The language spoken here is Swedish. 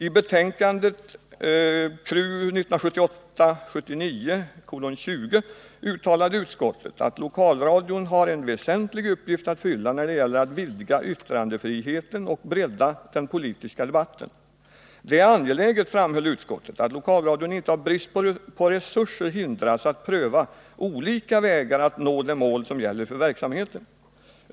I betänkandet KrU 1978/79:20 uttalade utskottet att lokalradion har en väsentlig uppgift att fylla när det gäller att vidga yttrandefriheten och bredda den politiska debatten. Det är angeläget, framhöll utskottet, att lokalradion inte av brist på resurser hindras att pröva olika vägar att nå det mål som gäller för verksamheten.